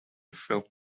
felt